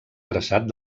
traçat